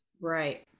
Right